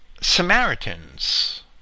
Samaritans